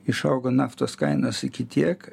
išaugo naftos kainas iki tiek